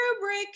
rubric